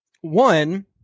one